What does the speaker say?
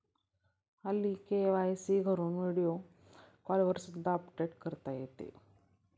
हल्ली के.वाय.सी घरून व्हिडिओ कॉलवर सुद्धा अपडेट करता येते